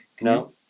No